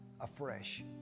afresh